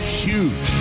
huge